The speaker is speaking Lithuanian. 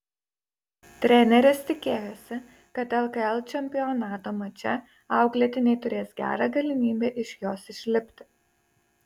treneris tikėjosi kad lkl čempionato mače auklėtiniai turės gerą galimybę iš jos išlipti